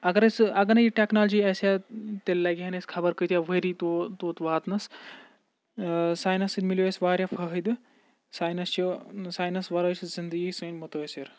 اگر ۂے سُہ اگر نہٕ یہِ ٹٮ۪کنالجی آسہِ ہا تیٚلہِ لَگہِ ہَن أسۍ خبر کۭتیاہ ؤری تو توٚت واتنَس ساینَس سۭتۍ مِلیو اَسہِ واریاہ فٲہِدٕ ساینَس چھُ ساینَس وَرٲے چھِ زِندگی سٲنۍ مُتٲثر